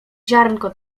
ziarnko